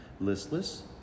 listless